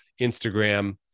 Instagram